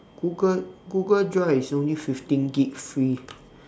google google drive is only fifteen gig free